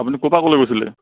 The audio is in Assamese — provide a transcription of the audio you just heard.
আপুনি ক'ৰ পৰা ক'লৈ গৈছিলে